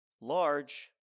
large